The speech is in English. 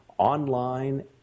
online